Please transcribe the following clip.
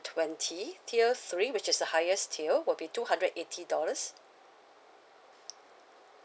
twenty tier three which is the highest tier will be two hundred eighty dollars